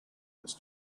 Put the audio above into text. this